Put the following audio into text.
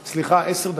לא, סליחה, עשר דקות,